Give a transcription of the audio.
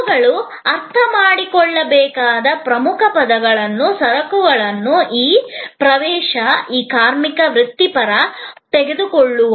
ಇವುಗಳು ಅರ್ಥಮಾಡಿಕೊಳ್ಳಬೇಕಾದ ಪ್ರಮುಖ ಪದಗಳು ಸರಕುಗಳಿಗೆ ಈ ಪ್ರವೇಶ ಕಾರ್ಮಿಕ ವೃತ್ತಿಪರ ಕೌಶಲ್ಯ ಸೌಲಭ್ಯಗಳು ನೆಟ್ವರ್ಕ್ ಆಗಿದೆ